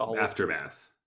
Aftermath